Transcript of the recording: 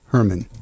Herman